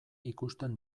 ikusten